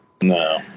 no